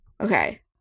Okay